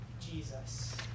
Jesus